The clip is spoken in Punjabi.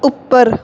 ਉੱਪਰ